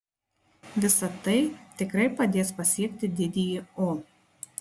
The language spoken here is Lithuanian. visa tai tikrai padės pasiekti didįjį o